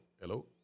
hello